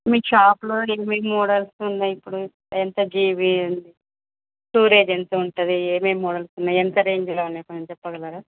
మీ షాప్లో ఏమేమి మోడల్స్ ఉన్నాయి ఇప్పుడు ఎంత జీ బీ ఉంది స్టోరేజ్ ఎంత ఉంటుంది ఏమేమి మోడల్స్ ఉన్నాయి ఎంత రేంజ్లో ఉన్నాయి కొంచెం చెప్పగలరా